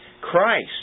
Christ